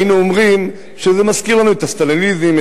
היינו אומרים שזה מזכיר לנו את הסטליניזם,